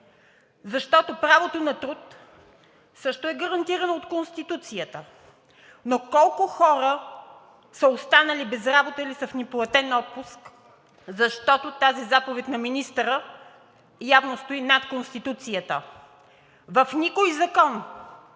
Защото правото на труд също е гарантирано от Конституцията, но колко хора са останали без работа или са в неплатен отпуск, защото тази заповед на министъра явно стои над Конституцията. В никой закон